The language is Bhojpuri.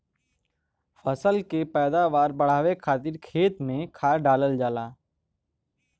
फसल के पैदावार बढ़ावे खातिर खेत में खाद डालल जाला